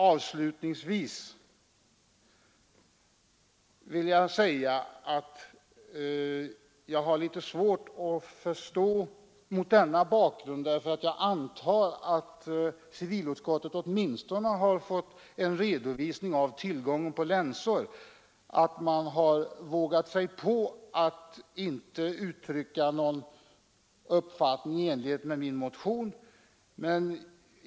Avslutningsvis skulle jag vilja säga att jag mot denna bakgrund — jag antar nämligen att civilutskottet åtminstone har fått en redovisning av tillgången på länsor — har litet svårt att förstå att utskottet inte vågat uttrycka någon uppfattning i enlighet med min motion.